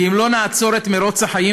כי אם לא נעצור את מרוץ החיים,